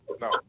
no